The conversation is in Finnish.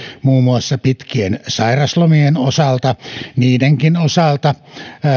muun muassa pitkien sairauslomien osalta niidenkin osalta